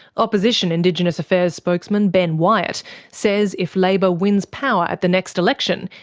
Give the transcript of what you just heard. opposition indigenous affairs spokesman ben wyatt says if labor wins power at the next election,